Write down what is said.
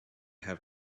have